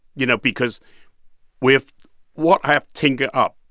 you know, because with what i have taken up,